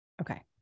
Okay